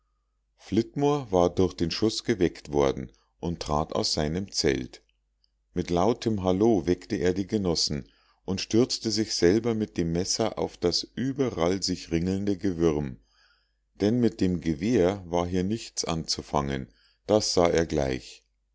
flitmore war durch den schuß geweckt worden und trat aus seinem zelt mit lautem hallo weckte er die genossen und stürzte sich selber mit dem messer auf das überall sich ringelnde gewürm denn mit dem gewehr war hier nichts anzufangen das sah er gleich